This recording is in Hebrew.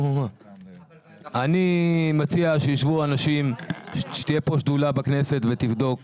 אני מציע שישבו אנשים, שתהיה בכנסת שדולה ותבדוק